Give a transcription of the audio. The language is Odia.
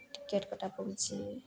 ଟିକେଟ୍ କଟା ପଡ଼ୁଛିି